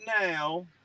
now